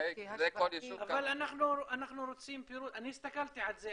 אני הסתכלתי על זה,